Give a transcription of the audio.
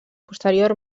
posterior